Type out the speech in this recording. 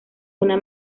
una